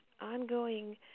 ongoing